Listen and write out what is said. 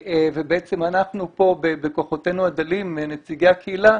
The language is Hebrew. ובעצם אנחנו פה בכוחותינו הדלים, נציגי הקהילה,